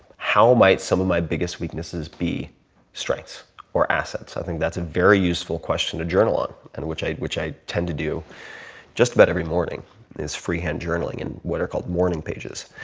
how might some of my biggest weaknesses be strengths or assets? i think that's a very useful question to journal on and which i which i tend to do just about every morning is freehand journaling in what are called morning pages.